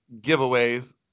giveaways